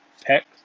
Peck